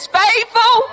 faithful